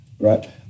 right